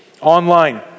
online